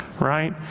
right